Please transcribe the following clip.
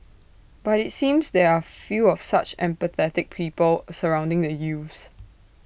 but IT seems there are few of such empathetic people surrounding the youths